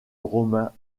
romain